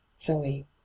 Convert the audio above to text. zoe